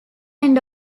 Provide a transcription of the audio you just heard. end